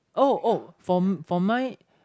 oh oh for for mine